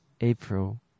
April